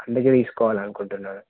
అందుకే తీసుకోవాలనుకుంటున్నాను